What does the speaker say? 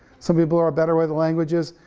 some people are better with languages,